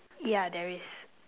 yeah there is